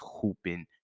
hooping